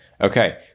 okay